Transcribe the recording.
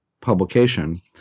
publication